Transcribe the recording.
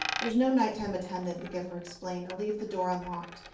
there's no nighttime attendant, the giver explained. i'll leave the door unlocked.